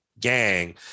gang